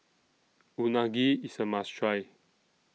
Unagi IS A must Try